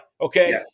Okay